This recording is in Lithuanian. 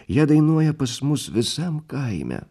ją dainuoja pas mus visam kaime